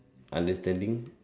understanding